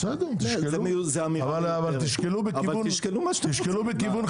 בסדר, תשקלו, אבל בכיוון חיובי.